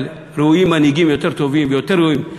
יהיו מנהיגים יותר טובים ויותר ראויים,